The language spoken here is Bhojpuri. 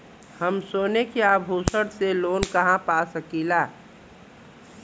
हम सोने के आभूषण से लोन कहा पा सकीला?